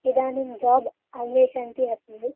इदानीं जोब् अन्वेषन्ती अस्मि